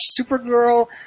Supergirl